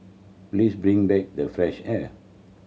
please bring back the fresh air